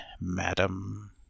madam